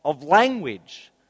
language